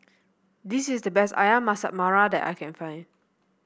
this is the best ayam Masak Merah that I can find